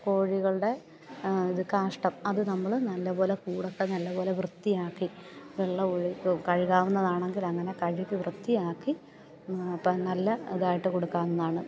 കോഴികളുടെ ഇത് കാഷ്ടം അത് നമ്മൾ നല്ലപോലെ കൂടൊക്കെ നല്ലപോലെ വൃത്തിയാക്കി വെള്ളം കഴുകാവുന്നതാണെങ്കിൽ അങ്ങനെ കഴുകി വൃത്തിയാക്കി അപ്പം നല്ല ഇതായിട്ട് കൊടുക്കാവുന്നതാണ്